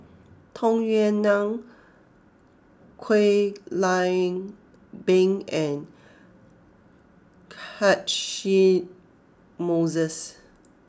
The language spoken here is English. Tung Yue Nang Kwek Leng Beng and Catchick Moses